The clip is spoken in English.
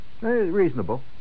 reasonable